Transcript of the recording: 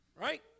right